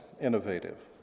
innovative